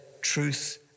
truth